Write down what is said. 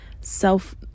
self